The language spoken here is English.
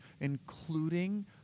including